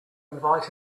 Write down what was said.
invite